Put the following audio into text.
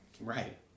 Right